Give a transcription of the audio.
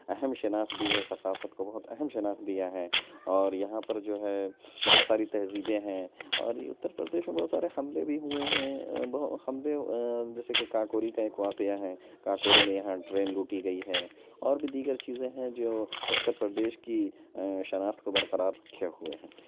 اہم شناخت دی ہے ثقافت کو بہت اہم شناخت دیا ہے اور یہاں پر جو ہے بہت ساری تہذیبیں ہیں اور یہ اتّر پردیش میں بہت سارے حملے بھی ہوئے ہیں حملے جیسے کہ کاکوری کا ایک واقعہ ہے کاکوری میں یہاں ٹرین لوٹی گئی ہے اور بھی دیگر چیزیں ہیں جو اتّر پردیش کی شناخت کو برقرار رکھے ہوئے ہے